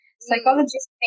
Psychologists